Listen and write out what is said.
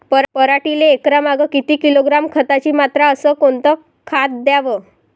पराटीले एकरामागं किती किलोग्रॅम खताची मात्रा अस कोतं खात द्याव?